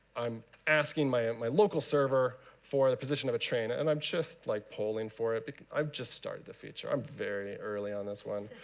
i'm asking my my local server for the position of a train. and i'm just like polling for it because i've just started the feature. i'm very early on this one.